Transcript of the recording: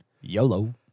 YOLO